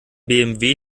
bmw